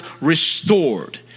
Restored